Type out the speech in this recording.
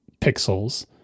pixels